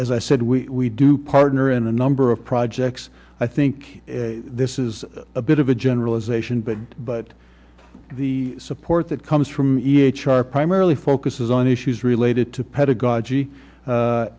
as i said we do partner in the number of projects i think this is a bit of a generalization but but the support that comes from e h r primarily focuses on issues related to pedagogy